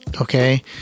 okay